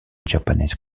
japanese